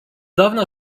dawna